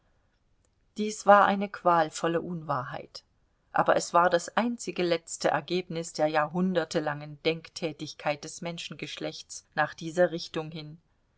dies war eine qualvolle unwahrheit aber es war das einzige letzte ergebnis der jahrhundertelangen denktätigkeit des menschengeschlechts nach dieser richtung hin